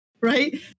right